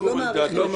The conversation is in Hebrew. אני לא מבין.